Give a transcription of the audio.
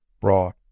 brought